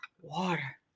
water